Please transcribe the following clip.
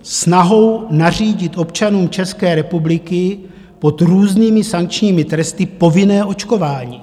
Snahou nařídit občanům České republiky pod různými sankčními tresty povinné očkování.